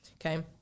Okay